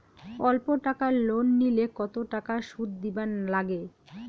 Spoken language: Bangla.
অল্প টাকা লোন নিলে কতো টাকা শুধ দিবার লাগে?